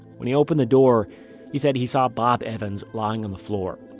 when he opened the door he said he saw bob evans lying on the floor.